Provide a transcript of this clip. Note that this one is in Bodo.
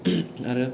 आरो